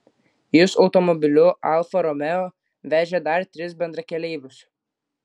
jis automobiliu alfa romeo vežė dar tris bendrakeleivius